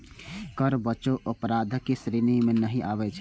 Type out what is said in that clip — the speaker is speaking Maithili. कर बचाव अपराधक श्रेणी मे नहि आबै छै